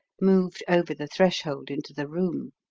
moved over the threshold into the room.